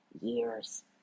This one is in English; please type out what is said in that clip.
years